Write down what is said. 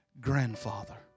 grandfather